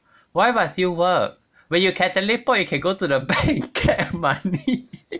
why must you work when you can teleport you can go to the bank and get money